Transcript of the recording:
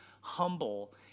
humble